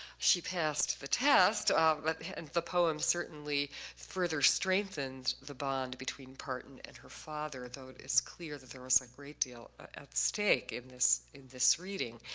she passed the test um but and the poem certainly further strengthened the bond between parton and her father, though it is clear that there is a great deal at stake in this in this reading.